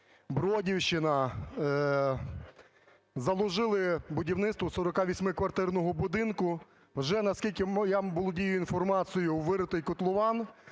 Бродівщина. Заложили будівництво 48-квартирного будинку, вже, наскільки я володію інформацією, виритий котлован,